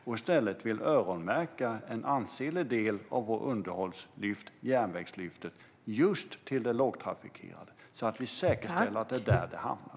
I stället vill vi öronmärka en ansenlig del av vårt underhållslyft, järnvägslyftet, just till de lågtrafikerade delarna, så att vi säkerställer att det är där det hamnar.